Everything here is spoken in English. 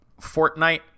fortnite